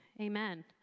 amen